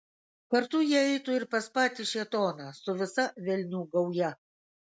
kartu jie eitų ir pas patį šėtoną su visa velnių gauja